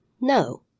No